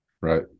Right